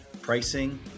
pricing